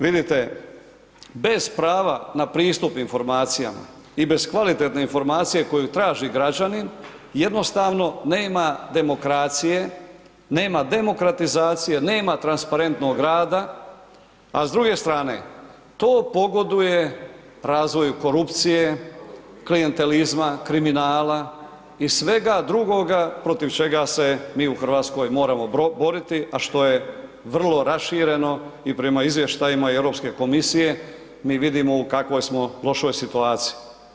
Vidite, bez prava na pristup informacijama i bez kvalitetne informacije koju traži građanin, jednostavno nema demokracije, nema demokratizacije, nema transparentnog rada, a s druge strane to pogoduje razvoju korupcije, klijentelizma, kriminala i svega drugoga protiv čega se mi u Hrvatskoj moramo boriti, a što je vrlo rašireno i prema izvještajima i Europske komisije mi vidimo u kakvoj smo lošoj situaciji.